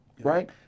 right